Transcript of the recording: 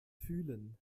fühlen